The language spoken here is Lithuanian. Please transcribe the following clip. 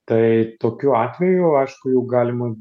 tai tokiu atveju aišku jau galima